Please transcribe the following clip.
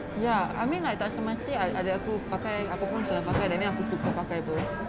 ya I mean like tak semesti adik aku pakai aku pun macam nak pakai that means aku suka pakai tu